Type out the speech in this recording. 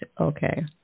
Okay